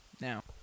now